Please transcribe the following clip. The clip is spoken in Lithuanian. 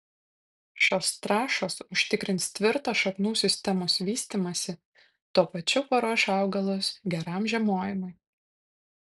šios trąšos užtikrins tvirtą šaknų sistemos vystymąsi tuo pačiu paruoš augalus geram žiemojimui